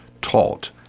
taught